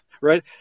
right